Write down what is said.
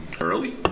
Early